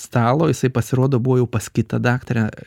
stalo jisai pasirodo buvo jau pas kitą daktarę